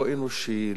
לא אנושי,